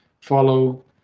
follow